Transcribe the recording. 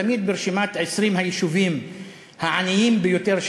תמיד ברשימת 20 היישובים העניים ביותר,